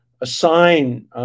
assign